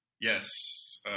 yes